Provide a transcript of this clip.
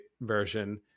version